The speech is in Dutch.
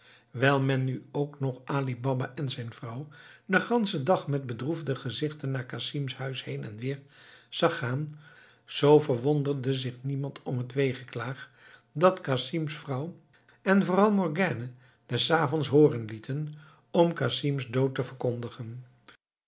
wijl men nu ook nog ali baba en zijn vrouw den ganschen dag met bedroefde gezichten naar casim's huis heen en weer zag gaan zoo verwonderde zich niemand om het weegeklaag dat casim's vrouw en vooral morgiane des avonds hooren lieten om casim's dood te verkondigen